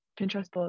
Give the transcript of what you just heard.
pinterest